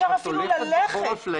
את הולכת בחורף לים?